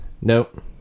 Nope